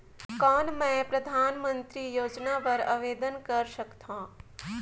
कौन मैं परधानमंतरी योजना बर आवेदन कर सकथव?